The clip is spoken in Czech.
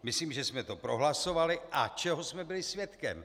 Myslím, že jsme to prohlasovali a čeho jsme byli svědky?